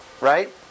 right